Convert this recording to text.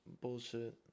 bullshit